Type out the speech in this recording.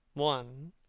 one?